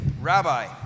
Rabbi